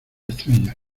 estrella